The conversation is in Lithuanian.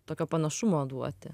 tokio panašumo duoti